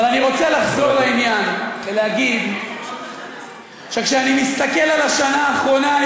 אבל אני רוצה לחזור לעניין ולהגיד שכשאני מסתכל על השנה האחרונה אני